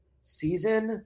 season